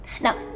Now